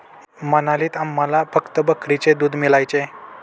मनालीत आम्हाला फक्त बकरीचे दूध मिळायचे